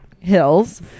hills